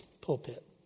pulpit